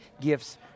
gifts